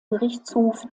gerichtshof